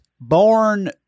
born